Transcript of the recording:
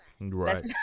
Right